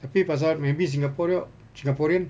tapi pasal maybe singaporea~ singaporean